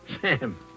Sam